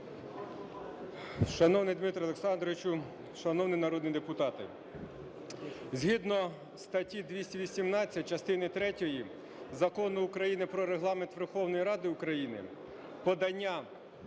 Шановний Дмитре Олександровичу, шановні народні депутати! Згідно статті 218, частини третьої, Закону України "Про Регламент Верховної Ради України" подання